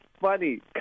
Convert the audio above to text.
funny